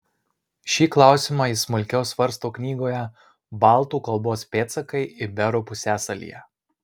šį klausimą ji smulkiau svarsto knygoje baltų kalbos pėdsakai iberų pusiasalyje